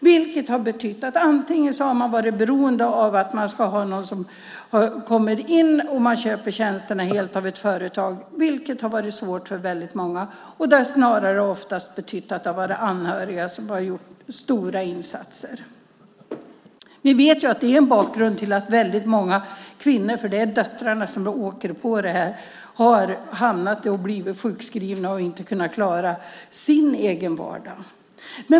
Det har betytt att man har varit beroende av att ha någon som kommer in, och man köper tjänsterna av ett företag. Det har varit svårt för väldigt många. Snarare har det oftast betytt att det har varit anhöriga som har gjort stora insatser. Vi vet att det är bakgrunden till att väldigt många kvinnor - det är döttrarna som åker på det - har blivit sjukskrivna och inte kunnat klara sin egen vardag.